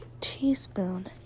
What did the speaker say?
teaspoon